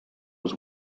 was